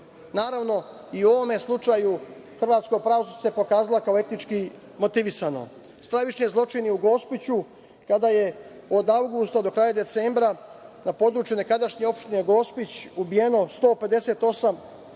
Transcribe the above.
Naravno, i u ovom slučaju hrvatsko pravosuđe se pokazalo kao etnički motivisano. Stravični zločini u Gospiću, kada je od avgusta do kraja decembra, na području nekadašnje opštine Gospić ubijeno 158 lica